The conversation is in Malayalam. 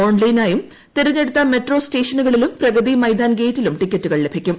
ഓൺലൈനായും തെരഞ്ഞെടുത്ത ക്രമട്രോസ്റ്റേഷനുകളിലും പ്രഗതി മൈതാൻ ഗേറ്റിലും ടിക്കറ്റുക്കിൾ ്ലഭിക്കും